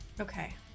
Okay